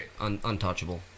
untouchable